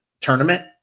tournament